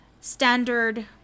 standard